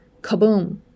kaboom